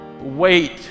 Wait